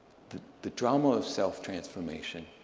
the the drama of self-transformation.